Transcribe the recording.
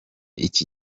iki